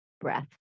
breath